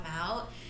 out